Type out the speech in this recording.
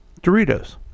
Doritos